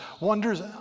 wonders